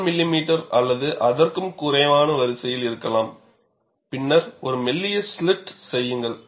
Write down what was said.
1 millimetre அல்லது அதற்கும் குறைவான வரிசையில் இருக்கலாம் பின்னர் ஒரு மெல்லிய ஸ்லிட் செய்யுங்கள்